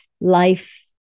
life